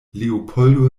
leopoldo